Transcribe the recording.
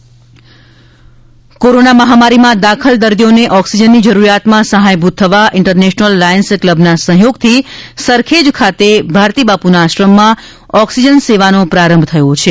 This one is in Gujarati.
કીરોના ઓક્સિજન કોરોના મહામારીમાં દાખલ દર્દીઓને ઓક્સિજનની જરૂરીયાતમાં સહાયભૂત થવા ઈન્ટરનેશનલ લાયન્સ કલબના સહયોગથી સરખેજ ખાતે ભારતી બાપુના આશ્રમમાં ઓક્સિજનન સેવાનો પ્રારંભ થયો છે